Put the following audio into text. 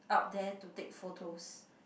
up there to take photos